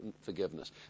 forgiveness